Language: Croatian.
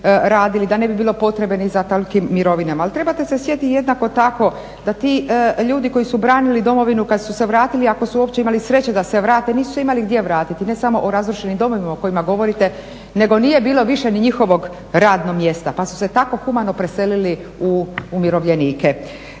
da ne bilo potrebe ni za tolikim mirovinama, al trebate se sjetiti jednako tako da ti ljudi koji su branili domovinu, kad su se vratili ako su uopće imali sreće da se vrate nisu se imali gdje vratiti, ne samo o razrušenim domovima o kojima govorite nego nije bilo ni više njihovog radnog mjesta, pa su se tako humano preselili u umirovljenike.